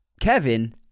Kevin